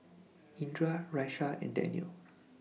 Indra Raisya and Daniel